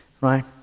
right